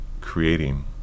creating